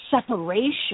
separation